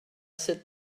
sit